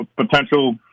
potential